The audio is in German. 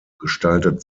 gestaltet